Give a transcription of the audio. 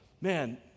man